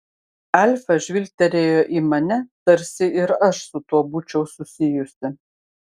alfa žvilgtelėjo į mane tarsi ir aš su tuo būčiau susijusi